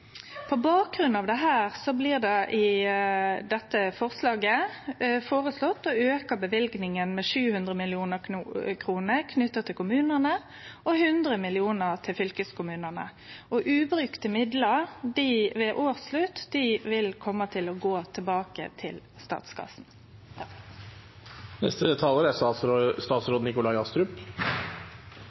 På bakgrunn av det blir det føreslått å auke løyvinga med 700 mill. kr til kommunane og 100 mill. kr til fylkeskommunane, og ved årsslutt vil ubrukte midlar gå tilbake til